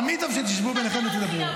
תמיד טוב שתשבו ביניכם ותדברו.